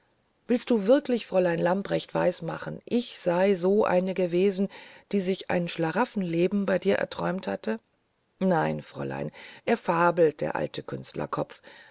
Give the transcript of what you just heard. willst du wirklich fräulein lamprecht weismachen ich sei so eine gewesen die sich ein schlaraffenleben bei dir erträumt hätte nein fräulein er fabelt der alte